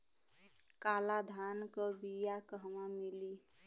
काला धान क बिया कहवा मिली?